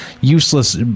useless